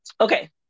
Okay